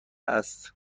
است